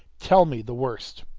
tell me the worst!